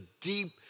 deep